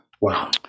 Wow